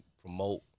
promote